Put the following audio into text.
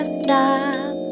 stop